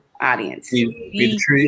audience